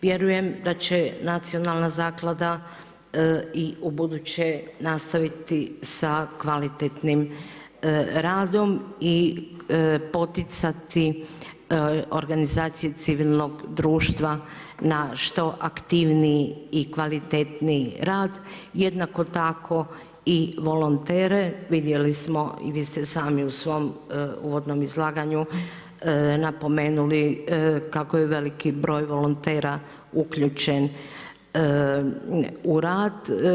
Vjerujem da će nacionalna zaklada i ubuduće nastaviti sa kvalitetnim radom i poticati organizacije civilnog društva na što aktivniji i kvalitetniji rad, jednako tako i volontere, vidjeli smo, i vi ste sami u svom uvodnom izlaganju napomenuli kako je veliki broj volontera uključen u rad.